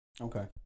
Okay